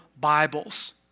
Bibles